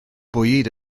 bwyd